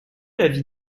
l’avis